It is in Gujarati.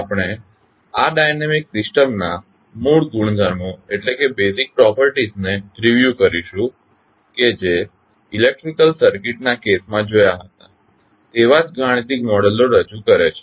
આપણે આ ડાયનેમિક સિસ્ટમ્સ ના મૂળ ગુણધર્મો ને રીવ્યુ કરીશું કે જે ઇલેક્ટ્રીકલ સર્કિટ્સ ના કેસમાં જોયા હતા તેવા જ ગાણિતિક મોડેલો રજૂ કરે છે